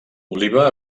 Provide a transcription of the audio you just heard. oliva